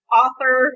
author